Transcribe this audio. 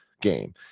game